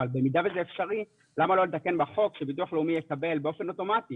אבל במידה וזה אפשרי למה לא לתקן בחוק שביטוח לאומי יקבל באופן אוטומטי